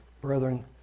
Brethren